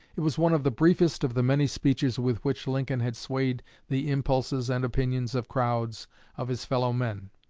it was one of the briefest of the many speeches with which lincoln had swayed the impulses and opinions of crowds of his fellow-men,